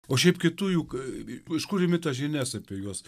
o šiaip kitų juk iš kur imi tas žinias apie juos